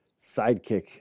sidekick